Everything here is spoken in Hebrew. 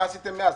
מה עשיתם מאז?